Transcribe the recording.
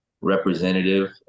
representative